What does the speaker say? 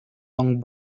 long